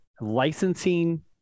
licensing